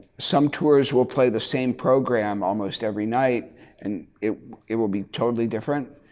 some tours will play the same program almost every night and it it will be totally different.